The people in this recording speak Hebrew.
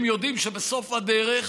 הם יודעים שבסוף הדרך